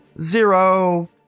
Zero